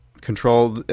control